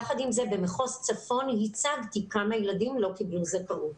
יחד עם זאת, הצגתי כמה ילדים לא קיבלו זכאות